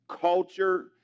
culture